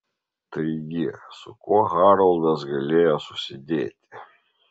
taigi su kuo haroldas galėjo susidėti